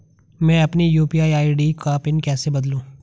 मैं अपनी UPI ID का पिन कैसे बदलूं?